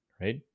Right